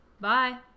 Bye